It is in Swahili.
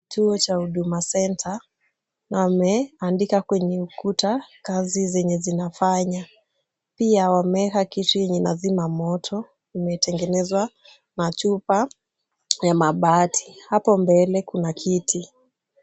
Kituo cha Huduma Centre na wameandika kwenye ukuta kazi zenye wanafanya. Pia wameweka kitu yenye inazima moto, imetengenezwa machupa na mabati. Hapo mbele kuna kiti.